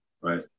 Right